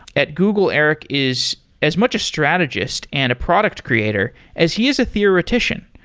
at google, eric is as much a strategist and a product creator as he is a theoretician.